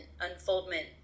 unfoldment